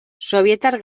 sobietar